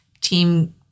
team